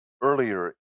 Earlier